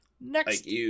Next